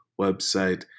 website